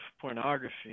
pornography